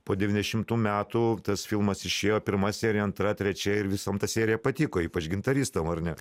po devyniasdešimtų metų tas filmas išėjo pirma serija antra trečia ir visom ta serija patiko ypač gintaristam ar ne